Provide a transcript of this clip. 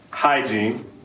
Hygiene